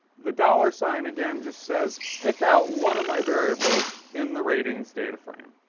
the dollar sign again just says pick out one of my variables in the ratings data frame.